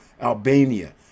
Albania